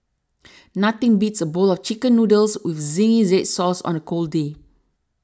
nothing beats a bowl of Chicken Noodles with Zingy Red Sauce on a cold day